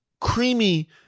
creamy